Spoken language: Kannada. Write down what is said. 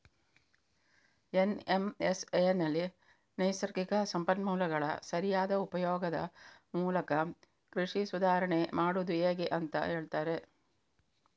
ಎನ್.ಎಂ.ಎಸ್.ಎನಲ್ಲಿ ನೈಸರ್ಗಿಕ ಸಂಪನ್ಮೂಲಗಳ ಸರಿಯಾದ ಉಪಯೋಗದ ಮೂಲಕ ಕೃಷಿ ಸುಧಾರಾಣೆ ಮಾಡುದು ಹೇಗೆ ಅಂತ ಹೇಳ್ತಾರೆ